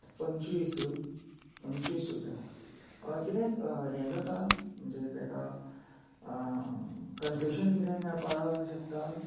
पंचवीस पंचवीस रुपया हय कितें हें जाता म्हणजे तेका कन्सेशन कितें मेळपाक शकता